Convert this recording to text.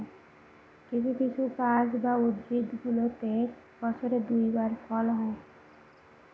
কিছু কিছু গাছ বা উদ্ভিদগুলোতে বছরে দুই বার ফল হয়